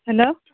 hello